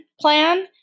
plan